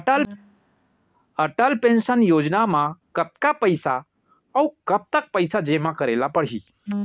Atal pension योजना म कतका पइसा, अऊ कब तक पइसा जेमा करे ल परही?